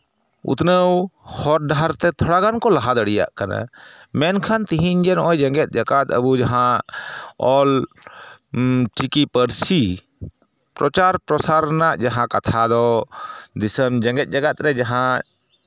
ᱩᱛᱱᱟᱹᱣ ᱦᱚᱨ ᱰᱟᱦᱟᱨ ᱛᱮ ᱛᱷᱚᱲᱟᱜᱟᱱ ᱠᱚ ᱞᱟᱦᱟ ᱫᱟᱲᱮᱭᱟᱜ ᱠᱟᱱᱟ ᱢᱮᱱᱠᱷᱟᱱ ᱛᱮᱦᱮᱧ ᱜᱮ ᱱᱚᱜᱼᱚᱭ ᱡᱮᱸᱜᱮᱛ ᱡᱟᱠᱟᱛ ᱟᱵᱚ ᱡᱟᱦᱟᱸ ᱚᱞ ᱪᱤᱠᱤ ᱯᱟᱹᱨᱥᱤ ᱯᱨᱚᱪᱟᱨ ᱯᱨᱚᱥᱟᱨ ᱨᱮᱱᱟᱜ ᱡᱟᱦᱟᱸ ᱠᱟᱛᱷᱟ ᱫᱚ ᱫᱤᱥᱟᱹᱢ ᱡᱮᱸᱜᱮᱛ ᱡᱟᱠᱟᱛ ᱨᱮ ᱡᱟᱦᱟᱸ